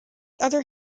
other